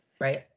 Right